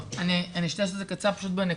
טוב, אני אשתדל לעשות את זה קצר, פשוט בנקודות.